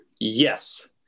yes